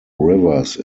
rivers